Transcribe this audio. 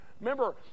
Remember